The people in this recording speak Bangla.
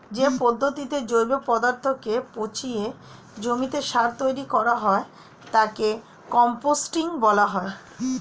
যে পদ্ধতিতে জৈব পদার্থকে পচিয়ে জমিতে সার তৈরি করা হয় তাকে কম্পোস্টিং বলা হয়